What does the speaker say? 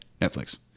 Netflix